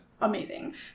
amazing